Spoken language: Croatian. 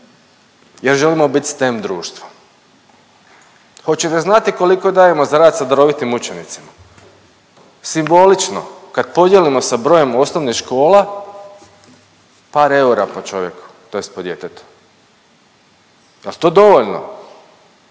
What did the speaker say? jer želimo bit STEM društvo. Hoćete znati koliko dajemo za rad sa darovitim učenicima? Simbolično kad podijelimo sa brojem osnovnih škola par eura po čovjeku tj. po djetetu. Jel to dovoljno?